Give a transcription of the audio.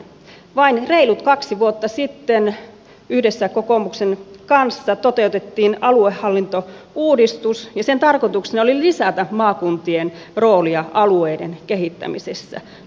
vain reilut kaksi vuotta sitten yhdessä kokoomuksen kanssa toteutettiin aluehallintouudistus ja sen tarkoituksena oli lisätä maakuntien roolia alueiden kehittämisessä